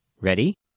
Ready